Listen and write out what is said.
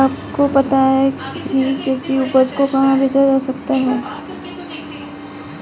क्या आपको पता है कि कृषि उपज को कहाँ बेचा जा सकता है?